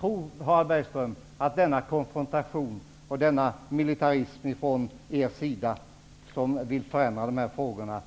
Tror Harald Bergström att denna konfrontation och den militanta inställningen från er sida som vill förändra arbetsrättslagstiftningen